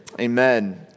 Amen